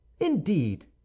Indeed